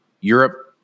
Europe